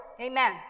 amen